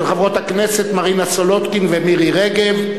של חברות הכנסת מרינה סולודקין ומירי רגב.